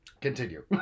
Continue